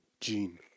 Gene